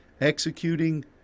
executing